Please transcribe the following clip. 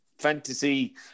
fantasy